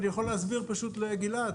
אני יכול להסביר לגלעד.